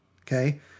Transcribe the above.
Okay